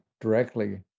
directly